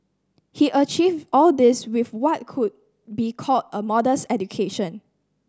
he achieved all this with why could be called a modest education